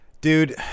dude